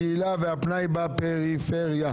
הקהילה והפנאי בפריפריה.